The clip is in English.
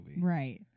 Right